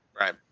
right